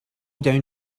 down